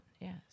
Yes